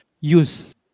use